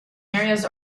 areas